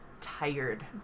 tired